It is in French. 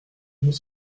nous